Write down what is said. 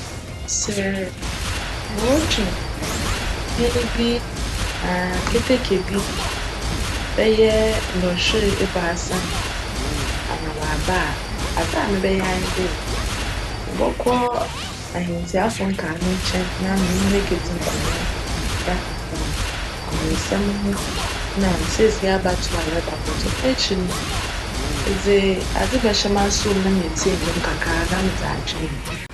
Sj morotwecn hjn bi anaa keteke bi bjyj dcnhwer ebiasa ama wcaba, adze a mebjyj nye dj mobckc ahjntsiafo nkaa no wc na menye hcn ekedzi nkcmbc kakra afa amansjm ho na sesei ambatow a yjreba abctow. Cno ekyir no, medze adze bjhyj m'asowa mu na meetsie ndwom kakra dze atwecn.